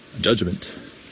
judgment